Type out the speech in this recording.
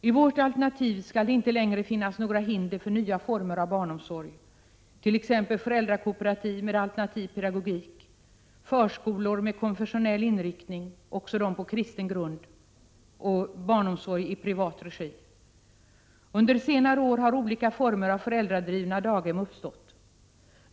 I vårt förslag finns det inte några hinder för nya former av barnomsorg, t.ex. föräldrakooperativ med alternativ pedagogik, förskolor med konfessionell inriktning — också de med kristen grund — och barnomsorg i privat regi. Under senare år har olika former av föräldradrivna daghem tillkommit.